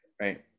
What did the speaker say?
Right